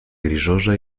grisosa